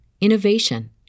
innovation